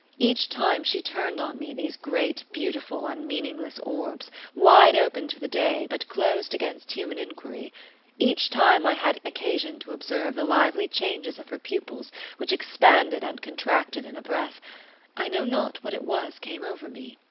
each time she turned on me these great beautiful and meaningless orbs, wide open to the day, but closed against human inquiry each time i had occasion to observe the lively changes of her pupils which expanded and contracted in a breath i know not what it was came over me,